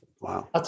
Wow